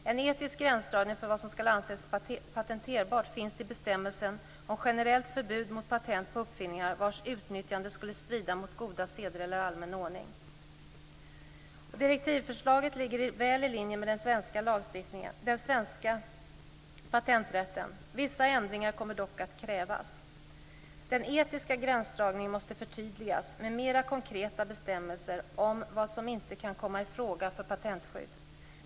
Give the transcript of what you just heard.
En etisk gränsdragning för vad som skall anses patenterbart finns i bestämmelsen om generellt förbud mot patent på uppfinningar vars utnyttjande skulle strida mot goda seder eller allmän ordning. Direktivförslaget ligger väl i linje med den svenska patenträtten. Vissa ändringar kommer dock att krävas. Den etiska gränsdragningen måste förtydligas med mera konkreta bestämmelser om vad som inte kan komma i fråga för patentskydd.